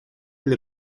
или